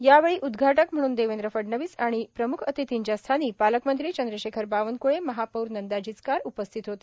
यावेळी उद्घाटक म्हणून देवेंद्र फडणवीस आणि प्रमुख अतिथींच्या स्थानी पालकमंत्री चंद्रशेखर बावनक्ळे महापौर नंदा जिचकार उपस्थित होते